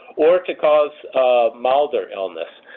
or to cause milder illness,